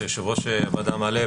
שיושב-ראש הוועדה מעלה,